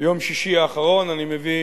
מיום שישי האחרון אני מביא